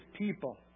people